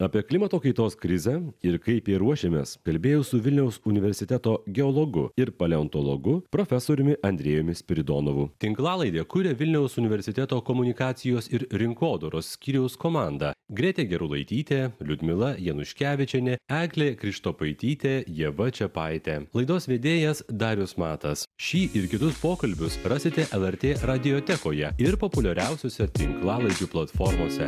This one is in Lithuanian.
apie klimato kaitos krizę ir kaip jai ruošiamės kalbėjau su vilniaus universiteto geologu ir paleontologu profesoriumi andrejumi spiridonovu tinklalaidė kuria vilniaus universiteto komunikacijos ir rinkodaros skyriaus komanda grėtė gerulaitytė liudmila januškevičienė eglė krištopaitytė ieva čiapaitė laidos vedėjas darius matas šį ir kitus pokalbius rasite lrt radiotekoje ir populiariausiose tinklalaidžių platformose